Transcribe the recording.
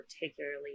particularly